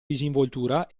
disinvoltura